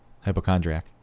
Hypochondriac